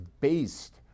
based